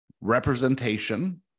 representation